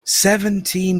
seventeen